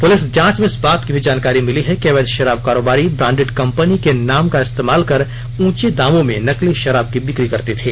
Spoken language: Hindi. पुलिस जांच में इस बात की भी जानकारी मिली है कि अवैध शराब कारोबारी ब्रांडेड कंपनी के नाम का इस्तेमाल कर ऊंचे दामों में नकली शराब की बिक्री करते थे